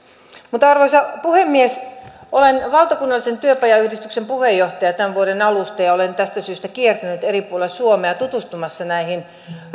mutta arvoisa puhemies olen valtakunnallisen työpajayhdistyksen puheenjohtaja tämän vuoden alusta ja olen tästä syystä kiertänyt eri puolilla suomea tutustumassa näihin